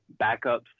backups